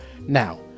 now